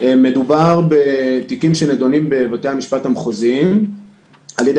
מדובר בתיקים שנדונים בבתי המשפט המחוזיים על ידי